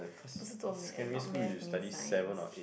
eh Math not Math mean Science